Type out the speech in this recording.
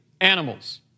animals